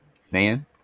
fan